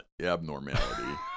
abnormality